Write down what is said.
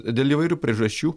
dėl įvairių priežasčių